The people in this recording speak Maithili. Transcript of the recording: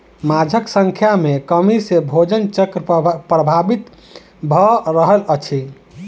माँछक संख्या में कमी सॅ भोजन चक्र प्रभावित भ रहल अछि